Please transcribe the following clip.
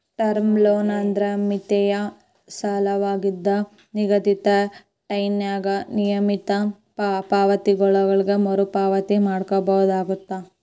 term loan ಅಂದ್ರ ವಿತ್ತೇಯ ಸಾಲವಾಗಿದ್ದ ನಿಗದಿತ ಟೈಂನ್ಯಾಗ ನಿಯಮಿತ ಪಾವತಿಗಳೊಳಗ ಮರುಪಾವತಿ ಮಾಡಬೇಕಾಗತ್ತ